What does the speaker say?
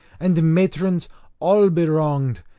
and matrons all bewronged,